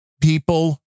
people